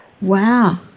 Wow